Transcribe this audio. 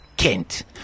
Kent